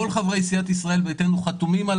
כל חברי סיעת ישראל ביתנו חתומים על